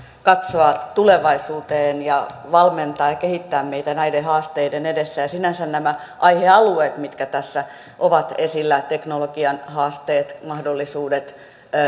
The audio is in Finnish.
katsoa tulevaisuuteen ja valmentaa ja kehittää meitä näiden haasteiden edessä sinänsä nämä aihealueet mitkä tässä ovat esillä teknologian haasteet mahdollisuudet